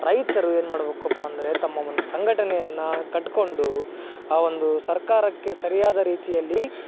ರೈತರು ಏನು ಮಾಡ್ಬೇಕಪ್ಪ ಅಂದರೆ ತಮ್ಮ ಒಂದು ಸಂಘಟನೆಯನ್ನ ಕಟ್ಟಿಕೊಂಡು ಆ ಒಂದು ಸರ್ಕಾರಕ್ಕೆ ಸರಿಯಾದ ರೀತಿಯಲ್ಲಿ